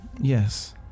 Yes